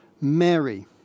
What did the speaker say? Mary